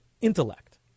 intellect